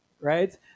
right